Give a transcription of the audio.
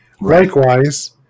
likewise